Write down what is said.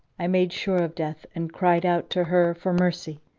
i made sure of death and cried out to her for mercy.